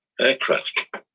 aircraft